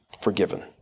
forgiven